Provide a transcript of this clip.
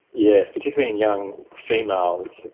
yes, particularly in young females.